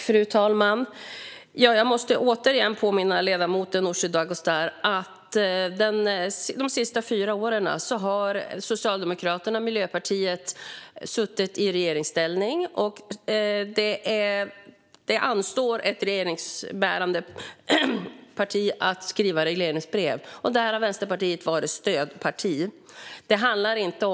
Fru talman! Jag måste återigen påminna ledamoten Nooshi Dadgostar om att de senaste fyra åren har Socialdemokraterna och Miljöpartiet suttit i regeringsställning. Det anstår ett regeringsbärande parti att skriva regleringsbrev, och där har Vänsterpartiet varit stödparti.